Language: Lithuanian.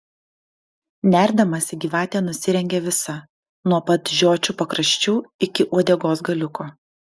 nerdamasi gyvatė nusirengia visa nuo pat žiočių pakraščių iki uodegos galiuko